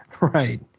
Right